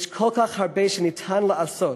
יש כל כך הרבה שאפשר לעשות,